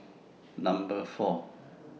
Number four